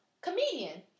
Comedian